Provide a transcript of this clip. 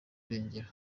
irengero